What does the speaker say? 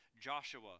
Joshua